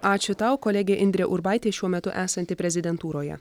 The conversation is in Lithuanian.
ačiū tau kolegė indrė urbaitė šiuo metu esanti prezidentūroje